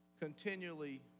continually